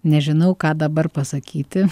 nežinau ką dabar pasakyti